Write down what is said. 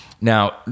Now